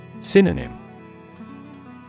Synonym